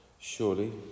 Surely